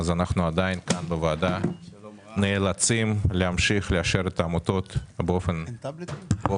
אז אנחנו עדיין כאן בוועדה נאלצים להמשיך לאשר את העמותות באופן פרטני.